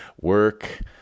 Work